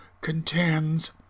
contends